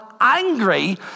angry